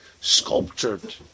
sculptured